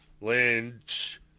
Lynch